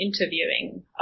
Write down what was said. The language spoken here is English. interviewing